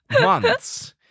months